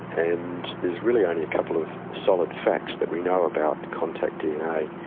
and there's really only a couple of solid facts that we know about contact dna.